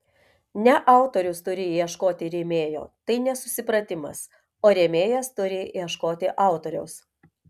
ne autorius turi ieškoti rėmėjo tai nesusipratimas o rėmėjas turi ieškoti autoriaus